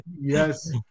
Yes